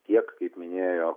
tiek kaip minėjo